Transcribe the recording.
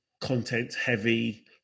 content-heavy